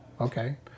okay